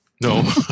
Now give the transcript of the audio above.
No